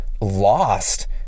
lost